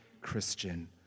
Christian